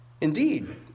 Indeed